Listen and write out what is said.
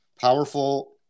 powerful